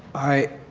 i